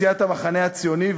סיעת המחנה הציוני,